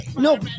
No